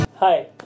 Hi